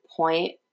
point